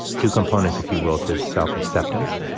two components, if you will, to self-acceptance.